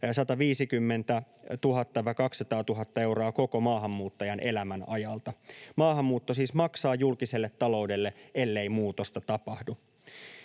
150 000—200 000 euroa koko maahanmuuttajan elämän ajalta. Maahanmuutto siis maksaa julkiselle taloudelle, ellei muutosta tapahdu.